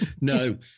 no